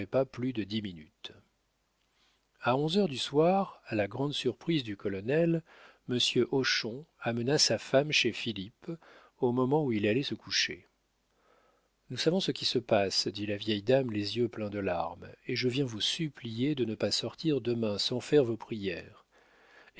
pas plus de dix minutes a onze heures du soir à la grande surprise du colonel monsieur hochon amena sa femme chez philippe au moment où il allait se coucher nous savons ce qui se passe dit la vieille dame les yeux pleins de larmes et je viens vous supplier de ne pas sortir demain sans faire vos prières